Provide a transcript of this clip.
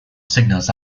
signals